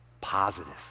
positive